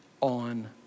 on